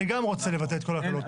אני גם רוצה לבטל את כל ההקלות,